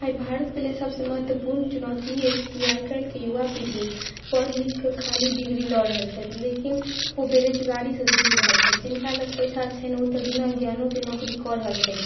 भारतके लेल सभसँ महत्वपुर्ण चुनौती ई अछि कि आइ काल्हिके युवा पीढ़ी पढ़ि लिखकऽ खाली डिग्री लऽ रहल छथि लेकिन ओ बेरोजगारी सॅं जुझि रहल छथि जिनका लग पैसा छनि ओ तऽ बिना ज्ञानोके नौकरी कऽ रहल छथि